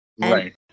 Right